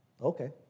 okay